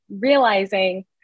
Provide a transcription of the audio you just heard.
realizing